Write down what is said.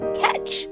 catch